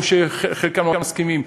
או שחלקנו מסכימים,